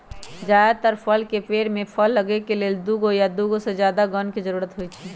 जदातर फल के पेड़ में फल लगे के लेल दुगो या दुगो से जादा गण के जरूरत होई छई